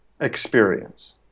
experience